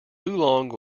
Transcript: oolong